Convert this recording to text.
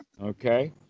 Okay